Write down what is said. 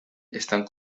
están